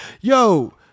yo